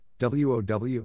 WOW